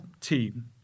team